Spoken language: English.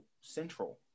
central